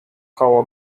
koło